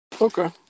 Okay